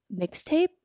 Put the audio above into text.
mixtape